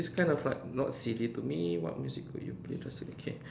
this kind of like not silly to me what music could you play just don't care